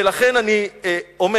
ולכן אני אומר,